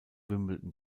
wimbledon